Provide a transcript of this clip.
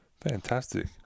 fantastic